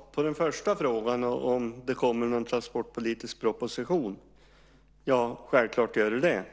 Fru talman! På den första frågan om det kommer en transportpolitisk proposition vill jag svara att självfallet gör det det.